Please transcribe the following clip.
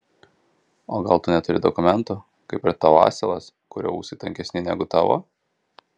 o gal tu neturi dokumentų kaip ir tavo asilas kurio ūsai tankesni negu tavo